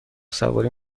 سواری